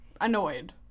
annoyed